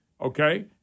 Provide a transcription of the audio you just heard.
Okay